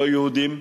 לא-יהודים,